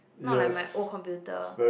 not like my old computer